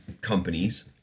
companies